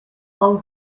hawn